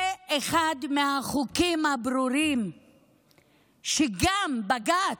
זה אחד מהחוקים הברורים שגם בג"ץ,